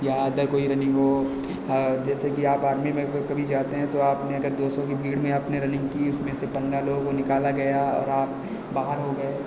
या अदर कोई रनिंग हो जैसे कि आप आर्मी में भी कभी जाते हैं तो आपने अगर दो सौ की भीड़ में आपने रनिंग की उसमें से पन्द्रह लोगों को निकाला गया और आप बाहर हो गए